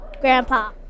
Grandpa